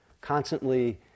constantly